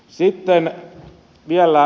sitten vielä